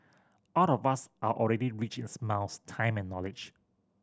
all of us are already rich in smiles time and knowledge